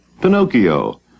Pinocchio